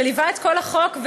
שליווה את כל החוק,